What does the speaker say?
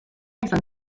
izan